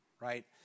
right